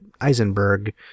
Eisenberg